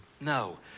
no